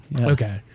Okay